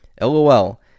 LOL